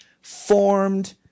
formed